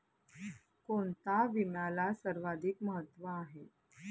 कोणता विम्याला सर्वाधिक महत्व आहे?